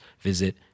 visit